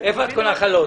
איפה את קונה חלות?